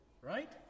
right